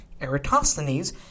Eratosthenes